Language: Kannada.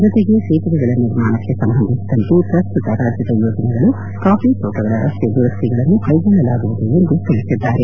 ಜತೆಗೆ ಸೇತುವೆಗಳ ನಿರ್ಮಾಣಕ್ಕೆ ಸಂಬಂಧಿಸಿದಂತೆ ಪ್ರಸ್ತುತ ರಾಜ್ಯದ ಯೋಜನೆಗಳು ಕಾಫಿ ತೋಟಗಳ ರಸ್ತೆ ದುರಸ್ವಿಗಳನ್ನು ಕೈಗೊಳ್ಳಲಾಗುವುದು ಎಂದು ತಿಳಿಸಿದ್ದಾರೆ